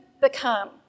become